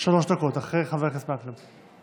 שלוש דקות, אחרי חבר הכנסת מקלב.